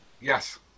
yes